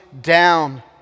down